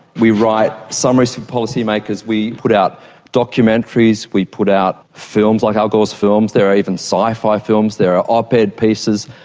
we write summaries for policymakers, we put out documentaries, we put out films, like al gore's films, there are even sci-fi films, there are ah op-ed pieces,